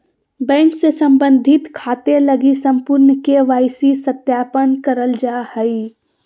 bank से संबंधित खाते लगी संपूर्ण के.वाई.सी सत्यापन करल जा हइ